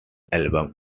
album